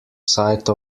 side